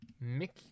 Mickey